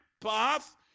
path